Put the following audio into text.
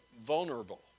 vulnerable